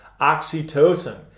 oxytocin